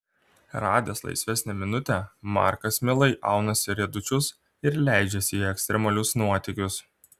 radęs laisvesnę minutę markas mielai aunasi riedučius ir leidžiasi į ekstremalius nuotykius